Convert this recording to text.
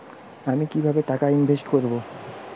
আমি কিভাবে টাকা ইনভেস্ট করব?